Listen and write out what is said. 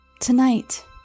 tonight